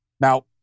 Now